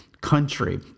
country